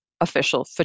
official